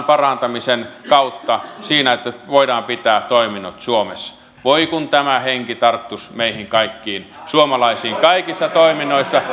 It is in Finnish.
parantamisen kautta siinä että voidaan pitää toiminnot suomessa voi kun tämä henki tarttuisi meihin kaikkiin suomalaisiin kaikissa toiminnoissa